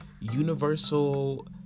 universal